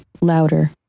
louder